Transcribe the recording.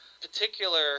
particular